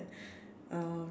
uh